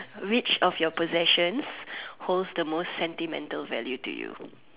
which of your possessions holds the most sentimental value to you